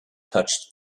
touched